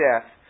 death